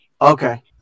Okay